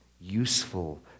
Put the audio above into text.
useful